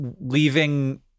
leaving